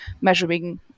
measuring